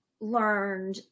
learned